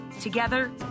Together